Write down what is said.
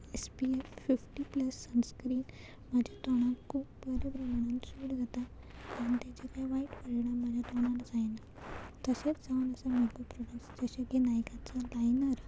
S P F fifty plus sunscreen म्हाज्या तोंडाक खूब बऱ्या प्रमाणान सूट जाता आनी तेजे कांय वायट परिणाम म्हाज्या तोंडाक जायना तशेंच जावन असो मेको प्रोडक्ट्स जशे की नायकाचो लायनर